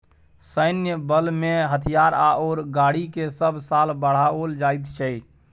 सैन्य बलमें हथियार आओर गाड़ीकेँ सभ साल बढ़ाओल जाइत छै